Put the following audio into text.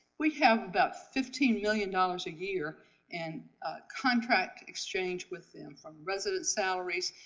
we have about fifteen million dollars a year and contract exchange with them from residence salaries,